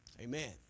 Amen